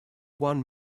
one